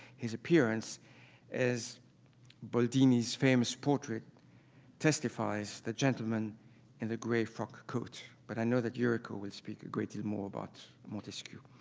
his appearance as boldini's famous portrait testifies, the gentleman in the gray frock coat, but i know that yuriko will speak a great deal and more about montesquiou.